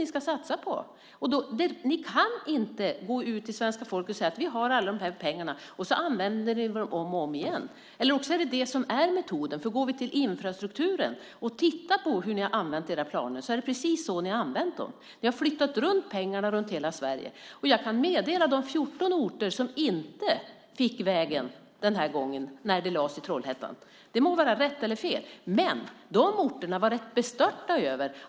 Ni kan inte gå ut till svenska folket och säga att ni har alla dessa pengar och sedan använda dem om och om igen. Eller också är det er metod. Om vi tittar på infrastrukturen och hur ni använt era planer är det nämligen så ni har gjort. Ni har flyttat runt pengar över hela Sverige. Jag kan meddela att man på de 14 orter där det inte gick vägen den här gången var rätt bestört över att deras långtgående planer inte blev genomförda.